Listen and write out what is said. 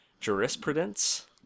jurisprudence